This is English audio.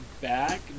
back